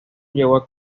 llevó